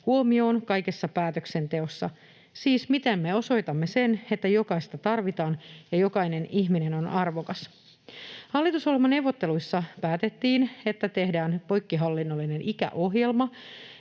huomioon kaikessa päätöksenteossa, siis miten me osoitamme sen, että jokaista tarvitaan ja jokainen ihminen on arvokas. Hallitusohjelmaneuvotteluissa päätettiin, että tehdään poikkihallinnollinen ikäohjelma,